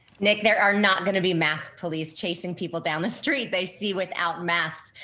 nick, there are not going to be mask police chasing people down the street they see without masks.